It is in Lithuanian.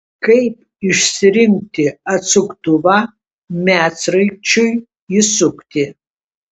kaip išsirinkti atsuktuvą medsraigčiui įsukti